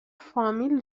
فامیل